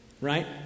right